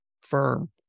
firm